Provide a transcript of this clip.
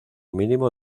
mínimo